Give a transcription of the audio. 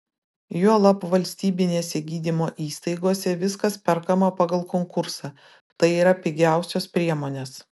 juolab valstybinėse gydymo įstaigose viskas perkama pagal konkursą tai yra pigiausios priemonės